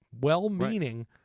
well-meaning